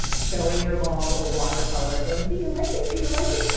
showing your mom a watercolor, going, do you like it? you you like it?